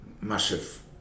massive